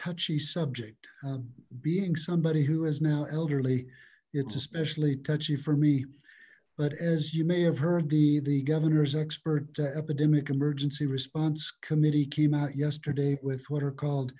touchy subject being somebody who is now elderly it's especially touchy for me but as you may have heard the the governor's expert epidemic emergency response committee came out yesterday with what are called